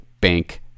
bank